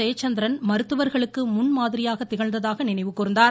ஜெயச்சந்திரன் மருத்துவர்களுக்கு முன்மாதிரியாக திகழ்ந்ததாக நினைவு கூர்ந்தார்